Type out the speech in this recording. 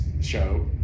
show